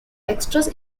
extras